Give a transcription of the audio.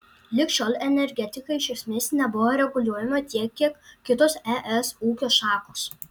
lig šiol energetika iš esmės nebuvo reguliuojama tiek kiek kitos es ūkio šakos